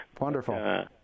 Wonderful